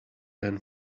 than